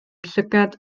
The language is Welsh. llygaid